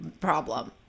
problem